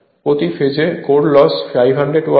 প্রতি ফেজে core loss 500 watt হবে